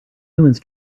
humans